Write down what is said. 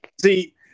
See